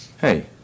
Hey